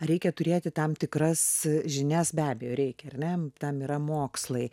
reikia turėti tam tikras žinias be abejo reikia ar ne tam yra mokslai